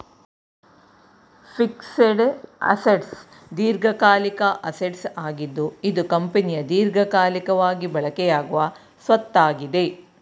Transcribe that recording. fixed assets ದೀರ್ಘಕಾಲಿಕ assets ಆಗಿದ್ದು ಇದು ಕಂಪನಿಯ ದೀರ್ಘಕಾಲಿಕವಾಗಿ ಬಳಕೆಯಾಗುವ ಸ್ವತ್ತಾಗಿದೆ